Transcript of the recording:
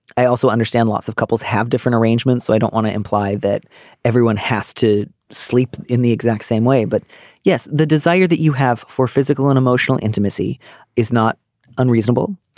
i also understand lots of couples have different arrangements so i don't want to imply that everyone has to sleep in the exact same way. but yes the desire that you have for physical and emotional intimacy is not unreasonable.